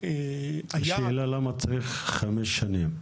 השאלה היא למה צריך חמש שנים.